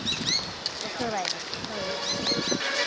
ᱩᱥᱟᱹᱨᱟᱭ ᱫᱟᱠᱚ ᱦᱳᱭ ᱦᱳᱭ